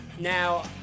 Now